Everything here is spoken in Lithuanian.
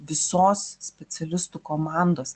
visos specialistų komandos